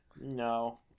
No